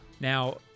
Now